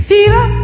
Fever